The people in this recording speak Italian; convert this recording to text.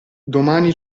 domani